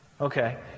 Okay